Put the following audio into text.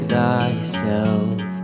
thyself